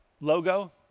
logo